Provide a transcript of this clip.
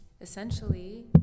essentially